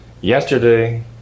yesterday